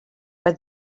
but